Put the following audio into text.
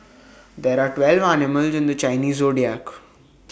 there are twelve animals in the Chinese Zodiac